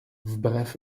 wbrew